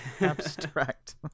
abstract